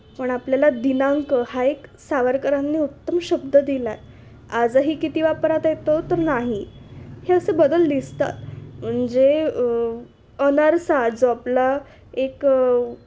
पण आपल्याला दिनांक हा एक सावरकरांनी उत्तम शब्द दिला आहे आजही किती वापरात येतो तर नाही हे असे बदल दिसतात म्हणजे अनारसा जो आपला एक